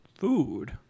Food